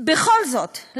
בכל זאת,